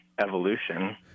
evolution